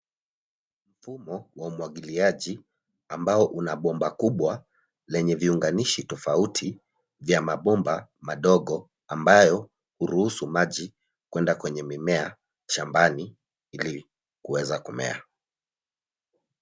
Mfumo wa umwagiliaji ambao una bomba kubwa lenye viunganishi tofauti vya mabomba madogo ambayo huruhusu maji kuenda kwenye mimea shambani ili kuweza kumea.